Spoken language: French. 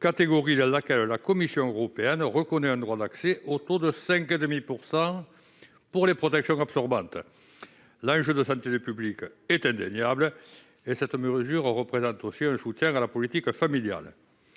catégorie à laquelle la Commission européenne reconnaît un droit d'accès au taux de 5,5 % pour les protections absorbantes. L'enjeu de santé publique est indéniable et cette mesure représente aussi un soutien à la politique familiale.